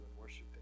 worshiping